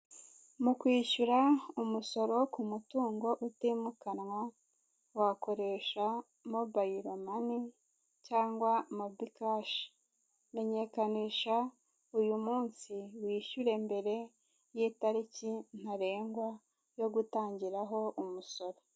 Mu kwishyura umusoro ku mutungo utimukanwa, wakoresha mobayiro mani cyangwa mobikashi, menyekanisha uyu munsi wishyure mbere y'itariki ntarengwa yo gutangiraho umusoro.